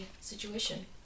situation